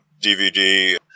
DVD